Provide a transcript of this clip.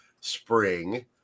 spring